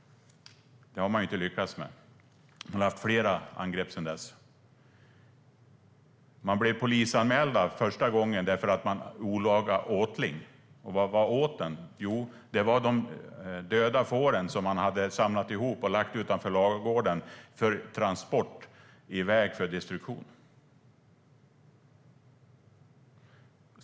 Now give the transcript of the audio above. De lyckades de inte med. Sedan dess har det förekommit fler angrepp. Man blev polisanmäld för olaga åtling. Och vad var åteln? Jo, det var de döda fåren som man hade samlat ihop och lagt utanför ladugården för transport till destruktion.